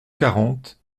quarante